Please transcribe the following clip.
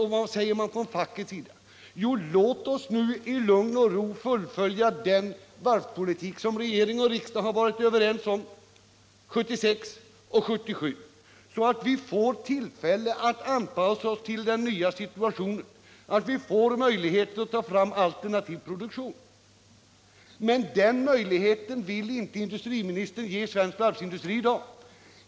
Jo, de säger: Låt oss i lugn och ro fullfölja den varvspolitik som regering och riksdag varit överens om 1976 och 1977 så att vi får tillfälle att anpassa oss till den situationen och möjlighet att ta fram alternativ produktion. Men den möjligheten vill inte industriministern ge svensk varvsindustri i dag.